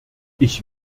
ich